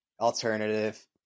alternative